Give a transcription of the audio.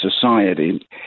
society